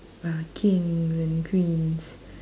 uh kings and queens